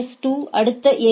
S 2 அடுத்த எ